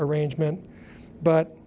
arrangement but